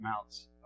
amounts